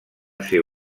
ser